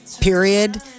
Period